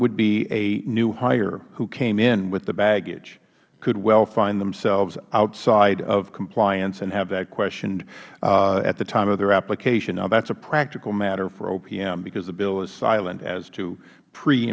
would be a new hire who came in with the baggage he or she could well find themselves outside of compliance and have that questioned at the time of the application now that is a practical matter for opm because the bill is silent as to pre